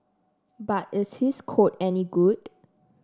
but is his code any good